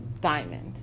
diamond